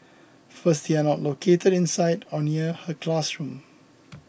first they are not located inside or near her classroom